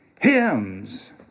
hymns